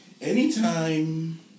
Anytime